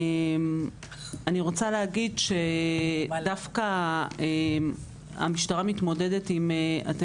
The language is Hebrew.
אני רוצה להגיד שדווקא המשטרה מתמודדת עם מקרי